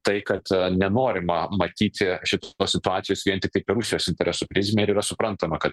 tai kad nenorima matyti šitos situacijos vien tiktai per rusijos interesų prizmę ir yra suprantama kad